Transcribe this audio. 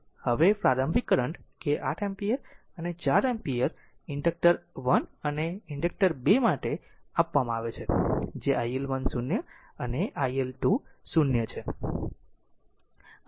હવે પ્રારંભિક કરંટ કે 8 એમ્પીયર અને 4 એમ્પીયર ઇન્ડક્ટર 1 અને ઇન્ડકટર 2 માટે આપવામાં આવે છે જે iL1 0 અને iL2 0 છે